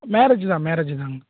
marriage தான் marriage தாங்க